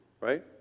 right